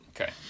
okay